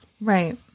Right